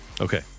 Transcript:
Okay